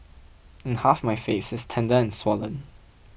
and half my face is tender and swollen